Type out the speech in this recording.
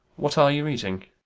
what are you reading?